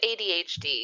ADHD